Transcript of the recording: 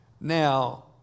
Now